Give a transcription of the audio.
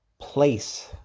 place